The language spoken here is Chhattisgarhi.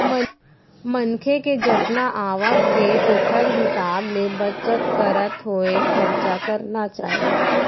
मनखे के जतना आवक के ओखर हिसाब ले बचत करत होय खरचा करना चाही